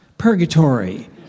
purgatory